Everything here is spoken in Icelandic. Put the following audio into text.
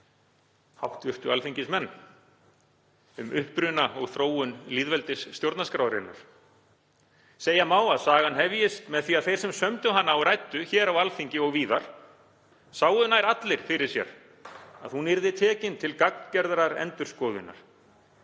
flytja, hv. alþingismenn, um uppruna og þróun lýðveldisstjórnarskrárinnar. Segja má að sagan hefjist með því að þeir, sem sömdu hana og ræddu hér á Alþingi og víðar, sáu nær allir fyrir sér að hún yrði tekin til gagngerðrar endurskoðunar.